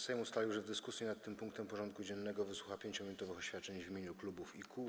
Sejm ustalił, że w dyskusji nad tym punktem porządku dziennego wysłucha 5-minutowych oświadczeń w imieniu klubów i kół.